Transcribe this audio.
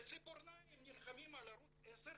בציפורניים נלחמים על ערוץ 10,